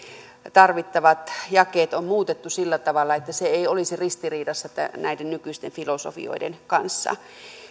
tarvittavat jakeet on muutettu sillä tavalla että se ei olisi ristiriidassa näiden nykyisten filosofioiden kanssa